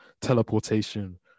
teleportation